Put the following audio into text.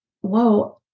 whoa